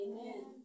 Amen